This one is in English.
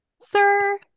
Sir